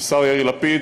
השר יאיר לפיד,